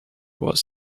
was